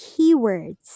keywords